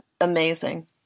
amazing